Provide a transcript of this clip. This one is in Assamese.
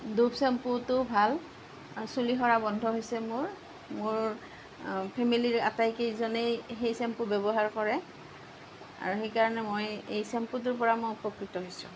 ড'ভ চেম্পুটো ভাল আৰু চুলি সৰা বন্ধ হৈছে মোৰ মোৰ ফেমেলিৰ আটাইকেইজনেই সেই চেম্পু ব্যৱহাৰ কৰে আৰু সেই কাৰণে মই এই চেম্পুটোৰ পৰা মই উপকৃত হৈছোঁ